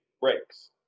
breaks